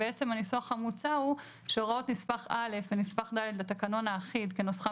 הניסוח המוצע הוא: "הוראות נספח א' ונספח ד' לתקנון האחיד כנוסחם